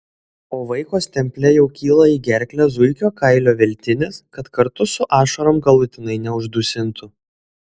o vaiko stemple jau kyla į gerklę zuikio kailio veltinis kad kartu su ašarom galutinai neuždusintų